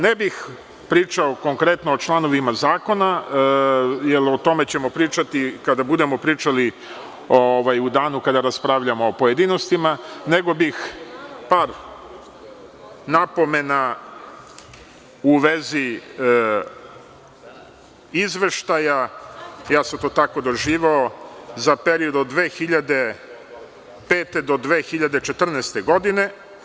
Ne bih pričao konkretno o članovima zakona, jer o tome ćemo pričati kada budemo pričali u danu kada raspravljamo u pojedinostima, nego bih par napomena u vezi izveštaja, ja sam to tako doživeo, za period od 2005. do 2014. godine.